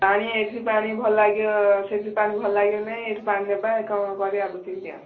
ପାଣି ଏଇଠି ପାଣି ଭଲ ଲାଗିବ ସେଠି ପାଣି ଭଲ ଲାଗିବ ନାଇଁ ଏଇଠି ପାଣି ନେବା କ'ଣ କରିବା